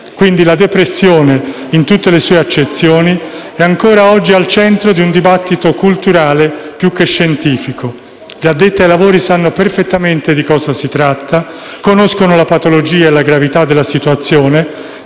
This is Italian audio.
Quindi la depressione, in tutte le sue accezioni, è ancora oggi al centro di un dibattito culturale più che scientifico. Gli addetti ai lavori sanno perfettamente di cosa si tratta e conoscono la patologia e la gravità della situazione;